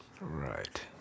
Right